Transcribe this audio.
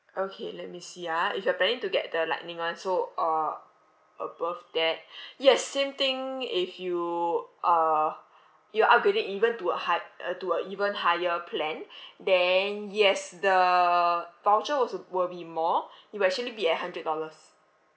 okay let me see ah if you're planning to get the lightning one so uh above that yes same thing if you uh you're upgrading even to a high uh to a even higher plan then yes the voucher also will be more it will actually be at hundred dollars